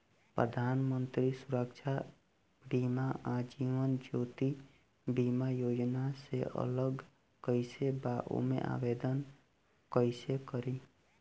प्रधानमंत्री सुरक्षा बीमा आ जीवन ज्योति बीमा योजना से अलग कईसे बा ओमे आवदेन कईसे करी?